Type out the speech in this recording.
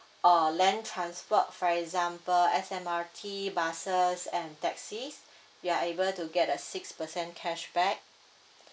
or land transport for example S_M_R_T buses and taxis you are able to get a six percent cashback